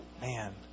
man